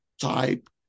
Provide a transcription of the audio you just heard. type